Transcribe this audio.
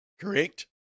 Correct